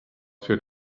für